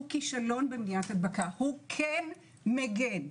הוא כן מגן,